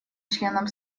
членам